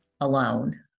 alone